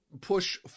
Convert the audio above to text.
push